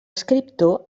escriptor